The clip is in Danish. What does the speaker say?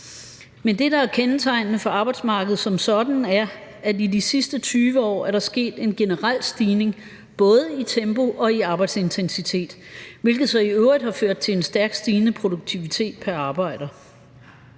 Men det, der er kendetegnende for arbejdsmarkedet som sådan, er, at der i de sidste 20 år er sket en generel stigning både i tempo og i arbejdsintensitet, hvilket så i øvrigt har ført til en stærkt stigende produktivitet pr. arbejder,